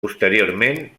posteriorment